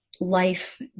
life